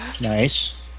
Nice